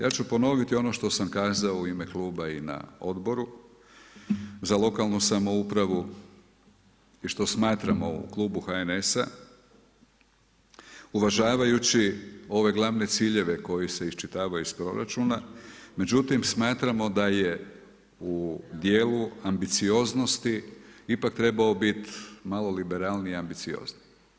Ja ću ponoviti ono što sam kazao u ime kluba i na Odboru za lokalnu samoupravu i što smatramo u Klubu HNS-a uvažavajući ove glavne ciljeve koji se iščitavaju iz proračuna, međutim smatramo da je u dijelu ambicioznosti ipak trebao biti malo liberalniji i ambiciozniji.